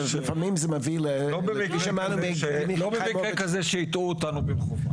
לא במקרה כזה שהטעו אותנו במכוון.